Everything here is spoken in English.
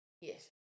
yes